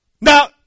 Now